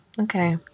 Okay